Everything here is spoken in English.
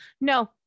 No